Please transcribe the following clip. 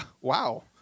Wow